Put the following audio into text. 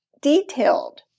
detailed